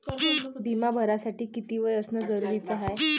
बिमा भरासाठी किती वय असनं जरुरीच हाय?